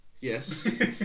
yes